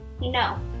No